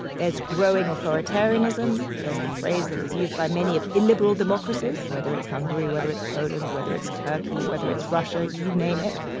there's growing authoritarianism. there's the phrase that is used by many of illiberal democracies, whether it's hungary, whether it's poland, whether it's turkey, whether it's russia. you name it.